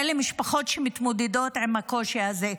אלה המשפחות שמתמודדות עם הקושי הזה,